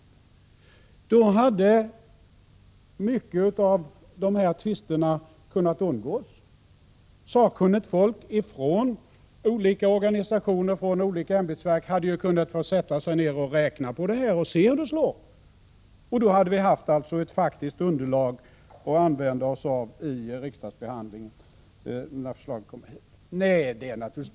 Om en remissbehandling skett hade mycket av dessa tvister kunnat undvikas. Sakkunnigt folk från olika organisationer och ämbetsverk hade fått sätta sig ned och räkna på förslaget för att se hur det skulle fungera. Då hade vi haft ett faktiskt underlag att använda oss av i riksdagsbehandlingen när förslaget väl kommit så långt.